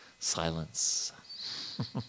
Silence